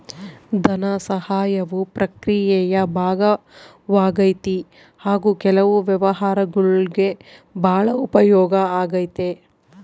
ಧನಸಹಾಯವು ಪ್ರಕ್ರಿಯೆಯ ಭಾಗವಾಗೈತಿ ಹಾಗು ಕೆಲವು ವ್ಯವಹಾರಗುಳ್ಗೆ ಭಾಳ ಉಪಯೋಗ ಆಗೈತೆ